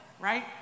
right